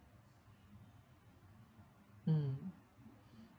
mm